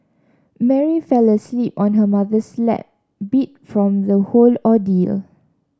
Mary fell asleep on her mother's lap beat from the whole ordeal